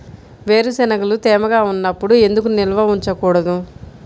వేరుశనగలు తేమగా ఉన్నప్పుడు ఎందుకు నిల్వ ఉంచకూడదు?